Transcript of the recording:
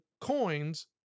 coins